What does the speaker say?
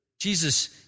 Jesus